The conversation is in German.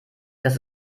dass